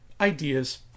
ideas